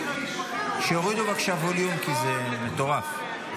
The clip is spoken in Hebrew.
שיורידו בבקשה ווליום, כי זה מטורף.